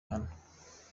aha